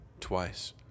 Twice